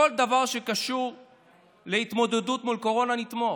בכל דבר שקשור להתמודדות עם הקורונה נתמוך.